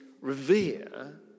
revere